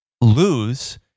lose